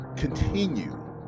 continue